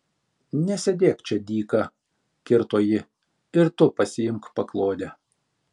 nesėdėk čia dyka kirto ji ir tu pasiimk paklodę